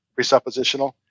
presuppositional